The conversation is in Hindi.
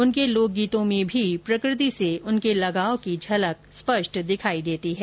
उनके लोकगीतों में भी प्रकृति से उनके लगाव की झलक दिखाई देती है